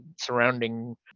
surrounding